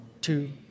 two